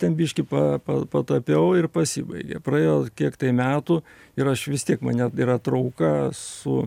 ten biškį pa pa patapiau ir pasibaigė praėjo kiek tai metų ir aš vis tiek mane yra trauka su